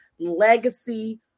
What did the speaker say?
Legacy